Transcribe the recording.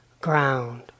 ground